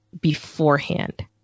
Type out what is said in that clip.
beforehand